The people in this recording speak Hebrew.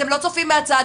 אתם לא צופים מהצד,